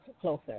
closer